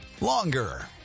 longer